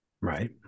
Right